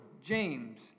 James